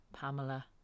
Pamela